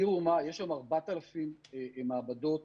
יש היום 4,000 מעבדות